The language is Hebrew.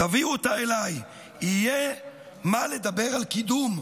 תביאו אותה אליי, יהיה מה לדבר על קידום,